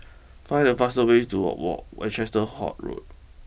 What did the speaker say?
find the fast ways to Road